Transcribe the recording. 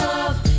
love